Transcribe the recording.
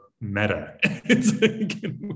meta